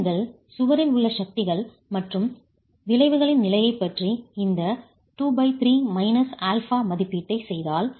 நீங்கள் சுவரில் உள்ள சக்திகள் மற்றும் விளைவுகளின் நிலையைப் பற்றி இந்த மதிப்பீட்டைச் செய்தால்